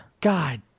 God